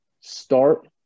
Start